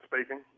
Speaking